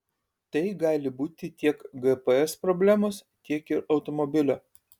tai gali būti tiek gps problemos tiek ir automobilio